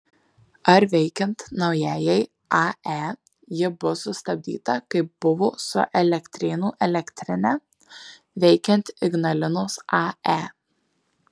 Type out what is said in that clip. ar veikiant naujajai ae ji bus sustabdyta kaip buvo su elektrėnų elektrine veikiant ignalinos ae